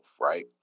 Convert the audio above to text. right